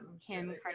Kim